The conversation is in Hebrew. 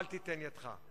אל תיתן ידך.